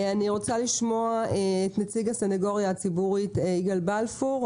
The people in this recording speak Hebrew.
אני רוצה לשמוע את נציג הסנגוריה הציבורית יגאל בלפור,